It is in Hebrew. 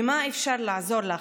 במה אפשר לעזור לך?